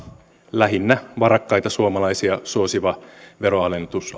lähinnä varakkaita suomalaisia suosiva veroalennus